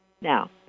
Now